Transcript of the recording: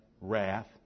wrath